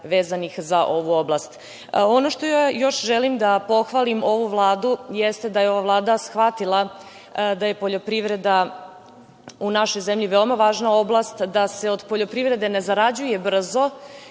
vezanih za ovu oblast. Ono što još želim da pohvalim ovu Vladu jeste da je ova Vlada shvatila da je poljoprivreda u našoj zemlji veoma važna oblast, da se od poljoprivrede ne zarađuje brzo,